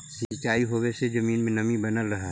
सिंचाई होवे से जमीन में नमी बनल रहऽ हइ